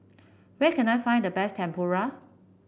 where can I find the best Tempura